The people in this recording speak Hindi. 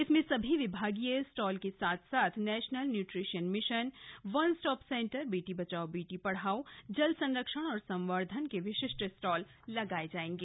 इसमें सभी विभागीय स्टॉल के साथ साथ national nutrition mission one stop centre बेटी बचाओ बेटी पढ़ाओ जल संरक्षण व संवर्धन के विशिष्ट स्टॉल लगाये जाएंगे